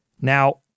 Now